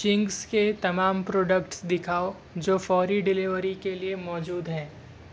Ching's کے تمام products دکھاؤ جو فوری ڈیلیوری کے لیے موجود ہیں